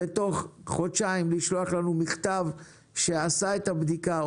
תוך חודשיים לשלוח לנו מכתב שעשה את הבדיקה,